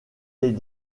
les